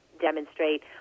demonstrate